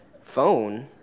phone